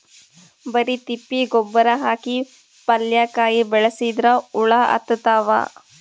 ಬರಿ ತಿಪ್ಪಿ ಗೊಬ್ಬರ ಹಾಕಿ ಪಲ್ಯಾಕಾಯಿ ಬೆಳಸಿದ್ರ ಹುಳ ಹತ್ತತಾವ?